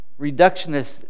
reductionist